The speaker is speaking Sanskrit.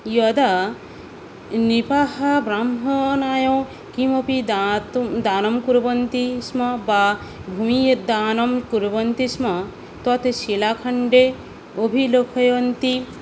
यदा नृपः ब्राह्मणाय किमपि दातु दानं कुर्वन्ति स्म वा भूमेः यद्दानं कुर्वन्ति स्म तत् शिलाखण्डे अभिलेखयन्ति